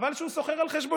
חבל שהוא סוחר על חשבוננו.